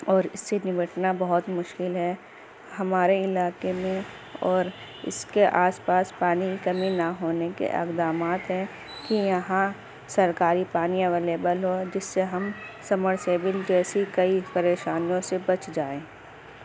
اور اس سے نمٹنا بہت ہی مشکل ہے ہمارے علاقے میں اور اس کے آس پاس پانی کی کمی نہ ہونے کے اقدامات ہیں کہ یہاں سرکاری پانی اویلیبل ہو جس سے ہم سمرسیول جیسی کئی پریشانیوں سے بچ جائیں